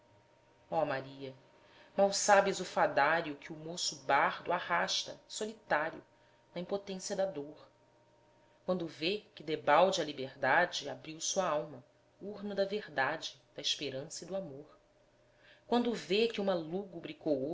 ó maria mal sabes o fadário que o moço bardo arrasta solitário na impotência da dor quando vê que debalde à liberdade abriu sua alma urna da verdade da esperança e do amor quando vê que uma lúgubre coorte